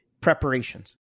preparations